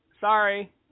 sorry